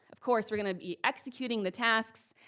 of course, we're gonna be executing the tasks.